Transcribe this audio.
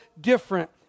different